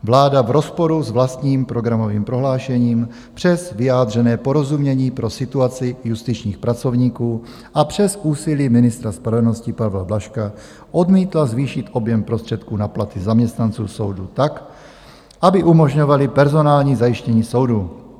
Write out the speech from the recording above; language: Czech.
Vláda v rozporu s vlastním programovým prohlášením, přes vyjádřené porozumění pro situaci justičních pracovníků a přes úsilí ministra spravedlnosti Pavla Blažka, odmítla zvýšit objem prostředků na platy zaměstnanců soudů tak, aby umožňovaly personální zajištění soudů.